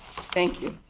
thank you?